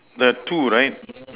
the tool right